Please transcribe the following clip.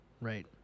right